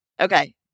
Okay